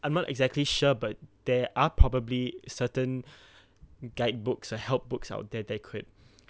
I'm not exactly sure but there are probably certain guidebooks or help books out there they could